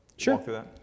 Sure